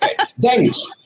Thanks